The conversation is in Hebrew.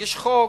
להגיש חוק,